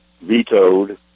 vetoed